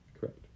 Correct